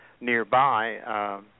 nearby